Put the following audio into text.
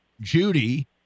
Judy